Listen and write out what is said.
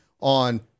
on